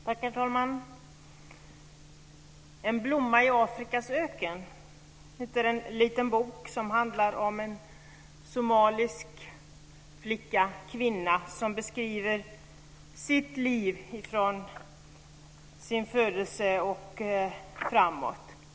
Herr talman! En blomma i Afrikas öken heter en liten bok som handlar om en somalisk kvinna som beskriver sitt liv från sin födelse och framåt.